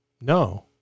No